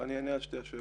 אני אענה על שתי השאלות.